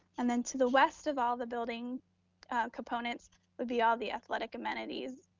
and then to the west of all the building components would be all the athletic amenities,